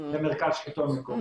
למרכז השלטון המקומי,